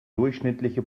durchschnittliche